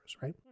right